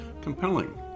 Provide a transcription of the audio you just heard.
compelling